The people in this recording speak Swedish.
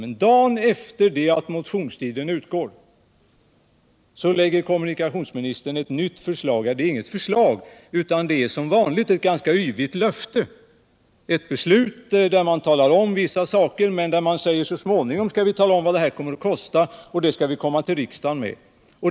Men dagen efter det att motionstiden hade utgått lade kommunikationsministern fram ett nytt förslag — ja, det var egentligen inget förslag utan som vanligt ett ganska yvigt löfte — där man talade om vissa saker, men där det också sades att man så småningom skulle komma till riksdagen och meddela vad detta skulle komma att kosta.